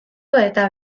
eta